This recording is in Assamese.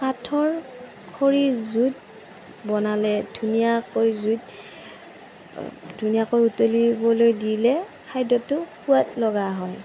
কাঠৰ খৰিৰ জুইত বনালে ধুনীয়াকৈ জুুইত ধুনীয়াকৈ উতলিবলৈ দিলে খাদ্য়টো সোৱাদ লগা হয়